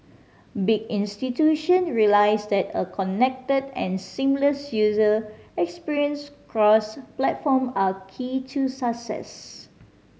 big institution realised that a connected and seamless user experience cross platform are key to success